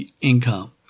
income